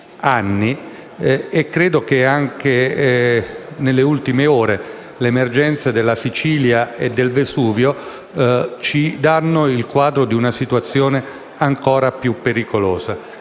dieci anni. Anche nelle ultime ore l'emergenza della Sicilia e del Vesuvio ci dà il quadro di una situazione ancora più pericolosa.